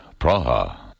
Praha